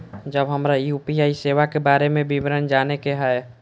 जब हमरा यू.पी.आई सेवा के बारे में विवरण जाने के हाय?